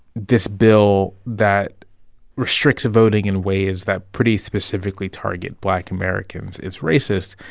this bill that restricts voting in ways that pretty specifically target black americans is racist,